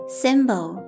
symbol